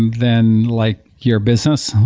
than like your business,